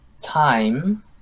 time